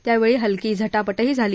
यावेळी हलकी झटापटही झाली